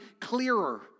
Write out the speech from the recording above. clearer